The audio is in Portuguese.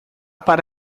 para